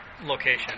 Location